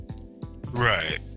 right